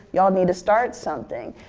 you all need to start something.